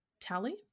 tally